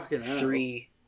three